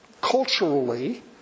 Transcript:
culturally